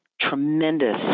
tremendous